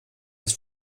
des